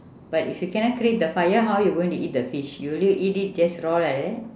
but if you cannot create the fire how you going to eat the fish you will you eat it just raw like that